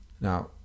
Now